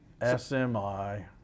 SMI